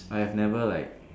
I've never like